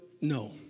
no